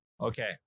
Okay